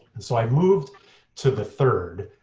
and so i moved to the third